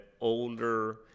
older